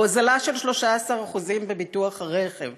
או הוזלה של 13% בביטוח הרכב,